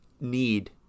need